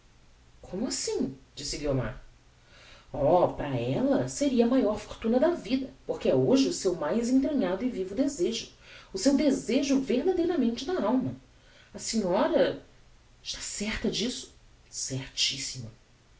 como assim disse guiomar oh para elle seria a maior fortuna da vida porque é hoje o seu mais entranhado e vivo desejo o seu desejo verdadeiramente da alma a senhora está certa disso